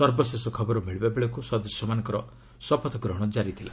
ସର୍ବଶେଷ ଖବର ମିଳିବା ବେଳକୁ ସଦସ୍ୟମାନଙ୍କର ଶପଥଗ୍ରହଣ ଜାରିଥିଲା